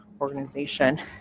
organization